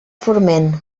forment